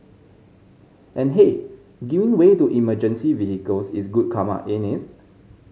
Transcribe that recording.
and hey giving way to emergency vehicles is good karma ain't it